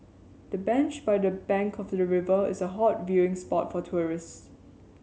the bench by the bank of the river is a hot viewing spot for tourists